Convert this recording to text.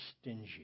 stingy